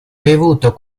bevuto